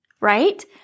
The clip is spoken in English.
Right